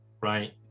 right